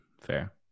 fair